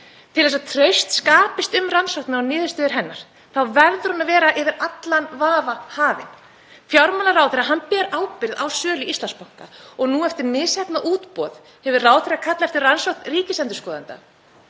Til þess að traust skapist um rannsóknina og niðurstöður hennar þá verður hún að vera yfir allan vafa hafin. Fjármálaráðherra ber ábyrgð á sölu Íslandsbanka og nú eftir misheppnað útboð hefur ráðherra kallað eftir rannsókn ríkisendurskoðanda.